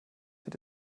wird